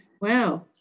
wow